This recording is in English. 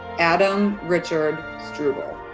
adam richard struble.